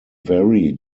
vary